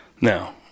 now